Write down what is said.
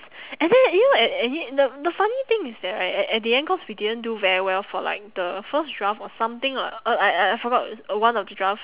and then you know and and yet the the funny thing is that right at at the end cause we didn't do very well for like the first draft or something lah uh I I forgot it's one of the draft